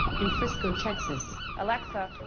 in frisco, texas. alexa,